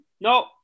no